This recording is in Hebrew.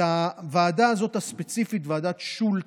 את הוועדה הספציפית הזאת, ועדת שולט,